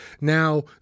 now